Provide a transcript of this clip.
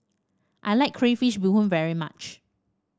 I like Crayfish Beehoon very much